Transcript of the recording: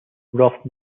ralph